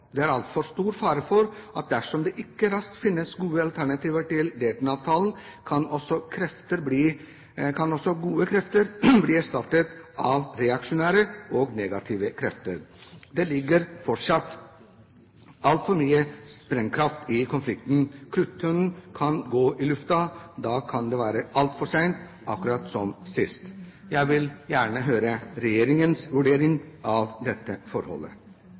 Det er altfor stor fare for at dersom det ikke raskt finnes gode alternativer til Dayton-avtalen, kan gode krefter bli erstattet av reaksjonære og negative krefter. Det ligger fortsatt altfor mye sprengkraft i konflikten. Kruttønnen kan gå i lufta. Da kan det være altfor sent – akkurat som sist. Jeg vil gjerne høre regjeringens vurdering av dette forholdet.